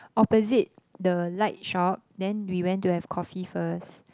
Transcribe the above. opposite the light shop then we went to have coffee first